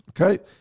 Okay